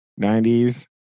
90s